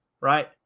right